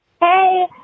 Hey